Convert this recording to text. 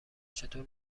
چطور